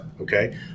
Okay